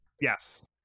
Yes